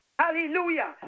Hallelujah